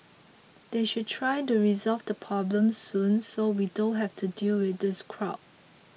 they should try to resolve the problem soon so we don't have to deal with these crowd